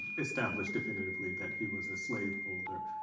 established definitively that he was a slaveholder,